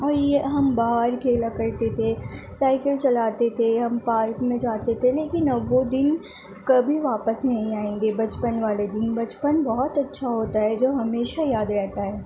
اور یہ ہم باہر کھیلا کرتے تھے سائیکل چلاتے تھے ہم پارک میں جاتے تھے لیکن اب وہ دن کبھی واپس نہیں آئیں گے بچپن والے دن بچپن بہت اچھا ہوتا ہے جو ہمیشہ یاد رہتا ہے